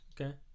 okay